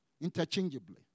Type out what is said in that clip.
interchangeably